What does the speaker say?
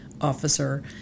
Officer